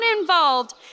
involved